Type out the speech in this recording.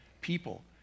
people